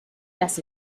las